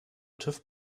tüv